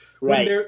Right